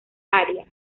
área